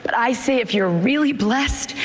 but i see if you're really blessed,